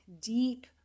deep